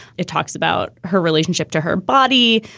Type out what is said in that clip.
it talks about her relationship to her body,